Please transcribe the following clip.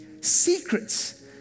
secrets